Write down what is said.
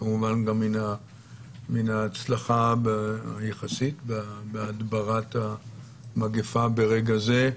כמובן גם מן ההצלחה היחסית בהדברת המגפה ברגע זה,